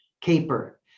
caper